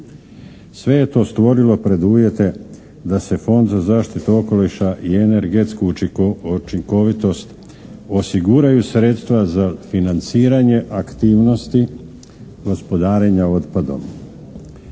sve je to stvorilo preduvjete da se Fond za zaštitu okoliša i energetsku učinkovitost osiguraju sredstva za financiranje aktivnosti gospodarenja otpadom.